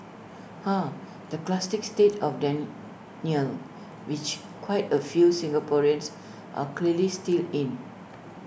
ah the classic state of denial which quite A few Singaporeans are clearly still in